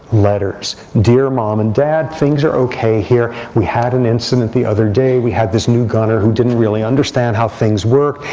letters, dear mom and dad, things are ok here. we had an incident the other day. we had this new gunner who didn't really understand how things worked.